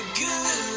good